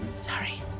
Sorry